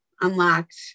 unlocked